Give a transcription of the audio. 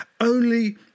Only